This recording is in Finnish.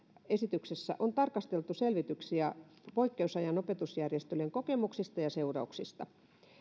esityksessä on tarkasteltu selvityksiä poikkeusajan opetusjärjestelyjen kokemuksista ja seurauksista